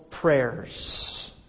prayers